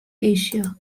asia